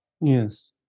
Yes